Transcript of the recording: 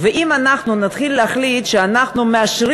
ואם אנחנו נתחיל להחליט שאנחנו מאשרים